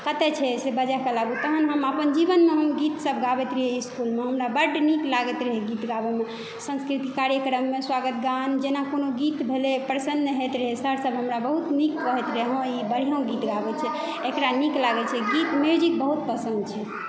कतऽ छै से बजाके लाबू तहन हम अपन जीवनमे हम गीत सब गाबैत रहिए इसकुलमे हमरा बड्ड नीक लागैत रहै गीत गाबैमे सांस्कृतिक कार्यक्रममे सुआगत गान जेना कोनो गीत भेलै प्रसन्न होइत रहै सर सब हमरा बहुत नीक कहैत रहै हँ ई बढ़िऑं गीत गाबै छै एकरा नीक लागै छै गीत म्यूजिक बहुत पसन्द छै